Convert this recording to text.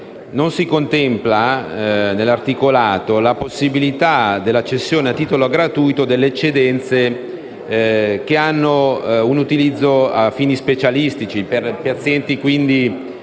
non si contempla la possibilità della cessione a titolo gratuito delle eccedenze che hanno un utilizzo a fini specialistici, per pazienti in